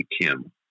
Kim